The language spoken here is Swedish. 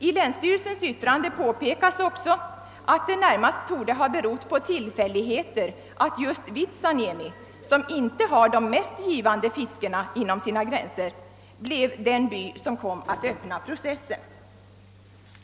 I länsstyrelsens yttrande påpekas också att det närmast torde ha berott på tillfälligheter att just Vitsaniemi, som inte har de mest givande fiskena inom sina gränser, blev den by som kom att öppna Pproces sen.